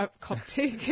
Coptic